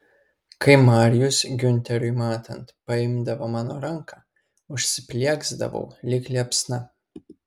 kai marijus giunteriui matant paimdavo mano ranką užsiplieksdavau lyg liepsna